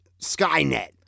Skynet